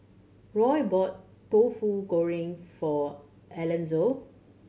Roy bought tofu goreng for Alanzo